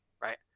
right